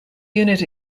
unit